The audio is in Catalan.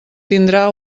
tindrà